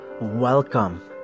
Welcome